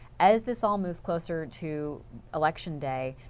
as this all moves closer to election day,